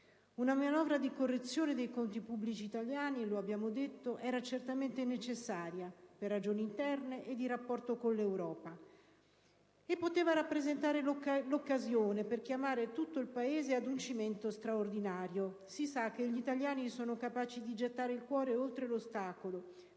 Una manovra di correzione dei conti pubblici italiani, lo abbiamo detto, era certamente necessaria per ragioni interne e di rapporto con l'Europa e poteva rappresentare l'occasione per chiamare tutto il Paese ad un cimento straordinario; come si sa, gli italiani sono capaci di gettare il cuore oltre l'ostacolo